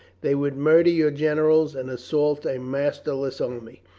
they would murder your generals and assault a master less army.